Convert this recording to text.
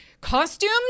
costumes